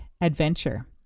Adventure